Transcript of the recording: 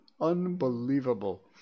Unbelievable